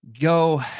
Go